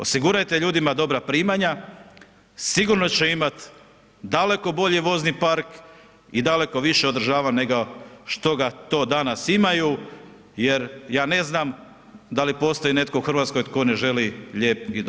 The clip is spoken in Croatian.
Osigurajte ljudima dobra primanja, sigurno će imati daleko bolji vozni park i daleko više održavanja nego što ga to danas imaju jer ja ne znam da li postoji netko u Hrvatskoj tko ne želi lijep i dobar auto.